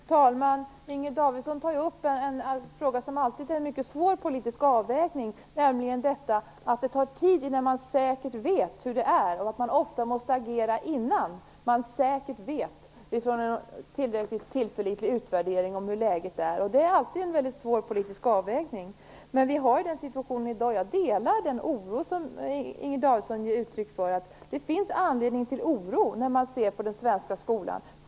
Fru talman! Inger Davidson tar upp en fråga som alltid är en mycket svår politisk avvägning, nämligen detta med att det tar tid innan man säkert vet hur det är. Ofta måste man agera innan man, utifrån en tillräckligt tillförlitlig utvärdering, säkert vet hur läget är. Det är, som sagt, alltid en väldigt svår politisk avvägning. Jag delar den oro som Inger Davidson ger uttryck för. Det finns alltså anledning till oro när det gäller den svenska skolan.